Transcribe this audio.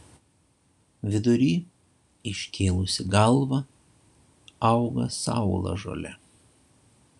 vidury iškėlusi galvą auga saulažolė